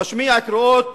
משמיע קריאות